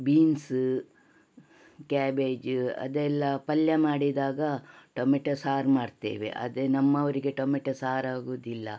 beans cabbage ಅದೆಲ್ಲ ಪಲ್ಯ ಮಾಡಿದಾಗ ಟೊಮೆಟೋ ಸಾರು ಮಾಡ್ತೇವೆ ಅದೇ ನಮ್ಮವರಿಗೆ ಟೊಮೆಟೋ ಸಾರು ಆಗೋದಿಲ್ಲ